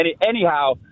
Anyhow